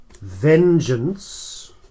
vengeance